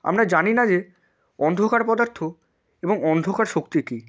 আমরা জানি না যে অন্ধকার পদার্থ এবং অন্ধকার শক্তি কি